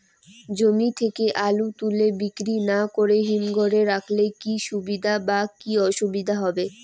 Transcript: জমি থেকে আলু তুলে বিক্রি না করে হিমঘরে রাখলে কী সুবিধা বা কী অসুবিধা হবে?